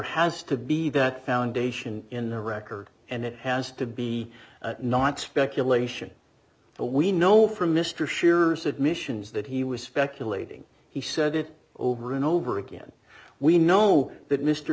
has to be that foundation in the record and it has to be not speculation but we know from mr scheer's admissions that he was speculating he said it over and over again we know that mr